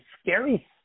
scary